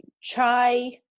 chai